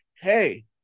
hey